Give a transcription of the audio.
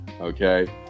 okay